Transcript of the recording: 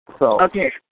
Okay